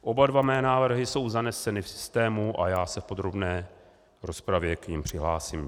Oba dva mé návrhy jsou zaneseny v systému a já se v podrobné rozpravě k nim přihlásím.